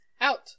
out